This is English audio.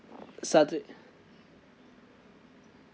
saturday